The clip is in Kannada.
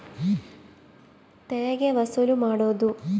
ತೆರಿಗೆ ವಸೂಲು ಮಾಡೋದು